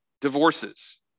divorces